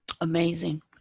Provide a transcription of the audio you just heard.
amazing